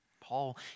Paul